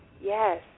Yes